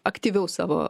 aktyviau savo